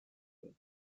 field